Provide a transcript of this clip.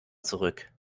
zurück